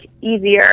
easier